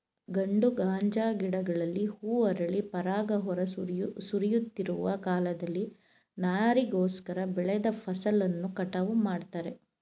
ಗಂಡು ಗಾಂಜಾ ಗಿಡಗಳಲ್ಲಿ ಹೂ ಅರಳಿ ಪರಾಗ ಹೊರ ಸುರಿಯುತ್ತಿರುವ ಕಾಲದಲ್ಲಿ ನಾರಿಗೋಸ್ಕರ ಬೆಳೆದ ಫಸಲನ್ನು ಕಟಾವು ಮಾಡ್ತಾರೆ